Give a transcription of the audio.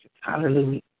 Hallelujah